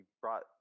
brought